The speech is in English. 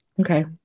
Okay